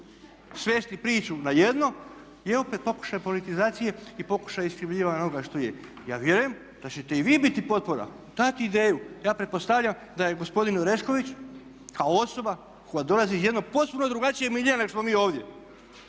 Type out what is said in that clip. svesti priču na jedno je opet pokuša politizacije i pokušaj iskrivljivanja onoga što je. Ja vjerujem da ćete i vi biti potpora dati ideju, ja pretpostavljam da je gospodin Orešković kao osoba koja dolazi iz jednog potpuno drugačijeg miljea nego što smo mi ovdje